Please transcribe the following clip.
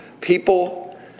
people